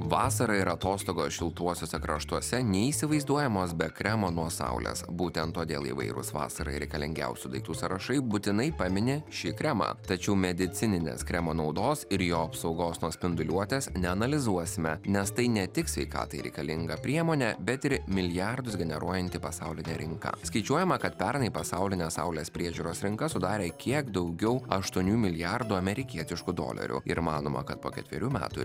vasara ir atostogos šiltuosiuose kraštuose neįsivaizduojamos be kremo nuo saulės būtent todėl įvairūs vasarai reikalingiausių daiktų sąrašai būtinai pamini šį kremą tačiau medicininės kremo naudos ir jo apsaugos nuo spinduliuotės neanalizuosime nes tai ne tik sveikatai reikalinga priemonė bet ir milijardus generuojanti pasaulinė rinka skaičiuojama kad pernai pasaulinė saulės priežiūros rinka sudarė kiek daugiau aštuonių milijardų amerikietiškų dolerių ir manoma kad po ketverių metų